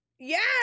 Yes